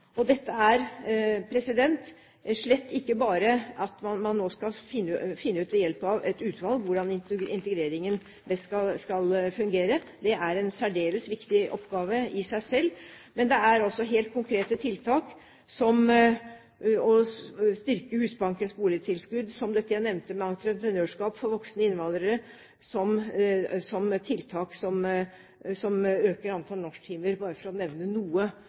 er slett ikke bare for at man ved hjelp av et utvalg skal finne ut hvordan integreringen best skal fungere. Det er en særdeles viktig oppgave i seg selv. Men det er også helt konkrete tiltak, som å styrke Husbankens boligtilskudd, det jeg nevnte om entreprenørskap for voksne innvandrere, og tiltak som øker antall norsktimer – bare for å nevne noe